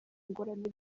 ingorane